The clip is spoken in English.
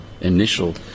initial